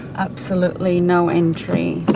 absolutely no entry. but